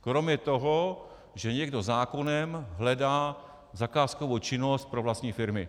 Kromě toho, že někdo zákonem hledá zakázkovou činnost pro vlastní firmy.